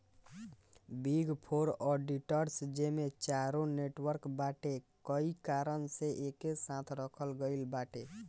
big four auditors जेमे चारो network बाटे कई कारण से एके साथे रखल गईल बाटे